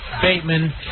Bateman